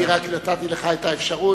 אני רק נתתי לך את האפשרות.